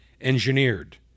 engineered